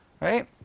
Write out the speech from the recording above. right